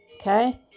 Okay